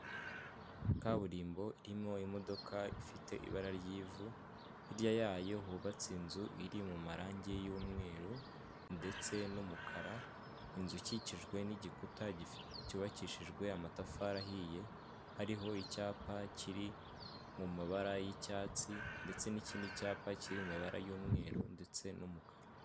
Kaburimbo irimo imodoka ifite ibara ry'ivu, hirya yayo hubatse inzu iri mu marange y'umweru ndetse n'umukara, inzu ikikijwe n'igikuta cyubakishijwe amatafari ahiye, hariho icyapa kiri mu mabara y'icyatsi, ndetse n'ikindi cyapa kiri mu mabara y'umweru ndetse n'umukara.